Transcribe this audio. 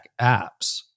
apps